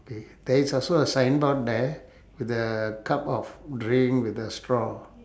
K there is also a signboard there the cup of drink with the straw